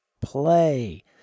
Play